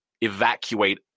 evacuate